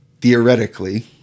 theoretically